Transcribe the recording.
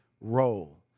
role